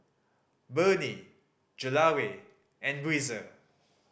Burnie Gelare and Breezer